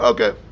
Okay